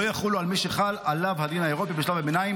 לא יחולו על מי שחל עליו הדין האירופאי בשלב הביניים